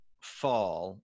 fall